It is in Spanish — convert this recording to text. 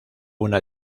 una